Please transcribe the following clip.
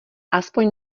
aspoň